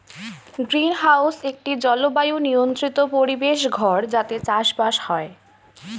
greenhouse একটি জলবায়ু নিয়ন্ত্রিত পরিবেশ ঘর যাতে চাষবাস হয়